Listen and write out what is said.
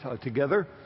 together